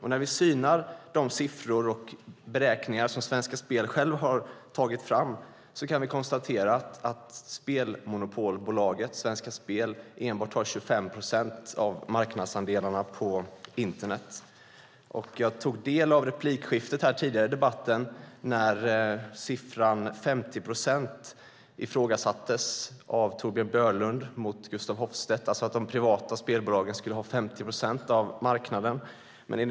När vi synar de siffror och beräkningar som Svenska Spel självt har tagit fram kan vi konstatera att spelmonopolbolaget Svenska Spel har enbart 25 procent av marknadsandelarna på internet. Jag tog del av replikskiftet mellan Torbjörn Björlund och Gustaf Hoffstedt tidigare i debatten, då uppgiften att de privata spelbolagen skulle ha 50 procent av marknaden ifrågasattes av Torbjörn Björlund.